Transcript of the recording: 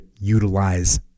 utilize